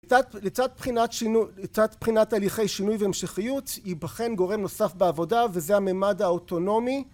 לצד בחינת הליכי שינוי והמשכיות ייבחן גורם נוסף בעבודה וזה הממד האוטונומי